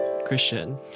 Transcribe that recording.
Christian